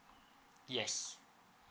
yes